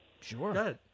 Sure